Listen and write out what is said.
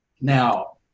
Now